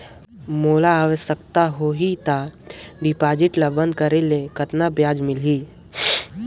मोला आवश्यकता होही त डिपॉजिट ल बंद करे ले कतना ब्याज मिलही?